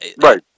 right